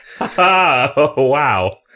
Wow